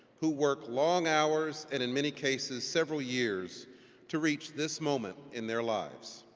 who work long hours and in many cases several years to reach this moment in their lives.